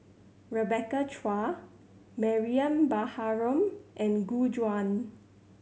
Rebecca Chua Mariam Baharom and Gu Juan